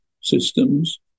systems